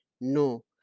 No